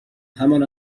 همان